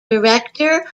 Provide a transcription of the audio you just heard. director